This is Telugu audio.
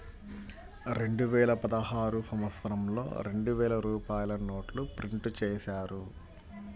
రెండువేల పదహారు సంవత్సరంలో రెండు వేల రూపాయల నోట్లు ప్రింటు చేశారు